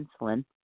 insulin